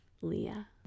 Leah